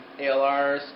ALRs